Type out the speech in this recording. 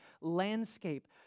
landscape